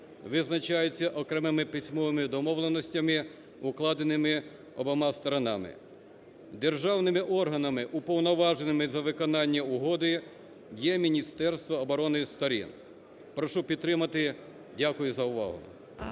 визначаються окремими письмовими домовленостями укладеними обома сторонами. Державними органами уповноваженими за виконання угоди є Міністерство оборони сторін. Прошу підтримати. Дякую за увагу.